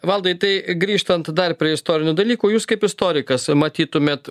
valdai tai grįžtant dar prie istorinių dalykų jūs kaip istorikas matytumėt